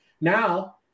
Now